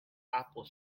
apple